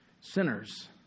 Sinners